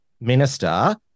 Minister